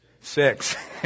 Six